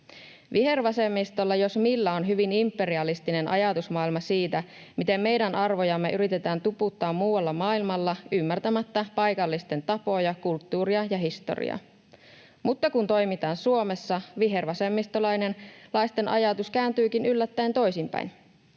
Vihervasemmistolla jos millä on hyvin imperialistinen ajatusmaailma siitä, miten meidän arvojamme yritetään tuputtaa muualla maailmalla ymmärtämättä paikallisten tapoja, kulttuuria ja historiaa, mutta kun toimitaan Suomessa, vihervasemmistolaisten ajatus kääntyykin yllättäen toisinpäin: